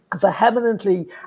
vehemently